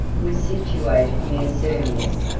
was situated near sirmium,